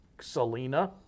Selena